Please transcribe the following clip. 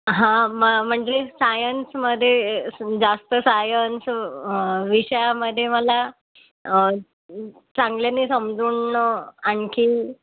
हा म म्हणजे सायन्समध्ये जास्त सायन्स विषयामध्ये मला चांगल्याने समजून आणखी